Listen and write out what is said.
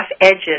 edges